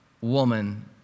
woman